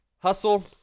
Hustle